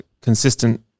consistent